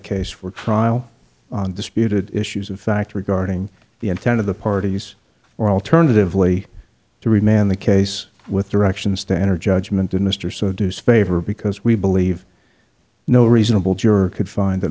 case for trial on disputed issues of fact regarding the intent of the parties or alternatively to remain the case with directions to enter judgment in mr so deuced favor because we believe no reasonable juror could find that